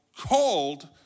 called